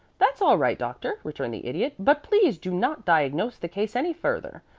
that's all right, doctor, returned the idiot but please do not diagnose the case any further.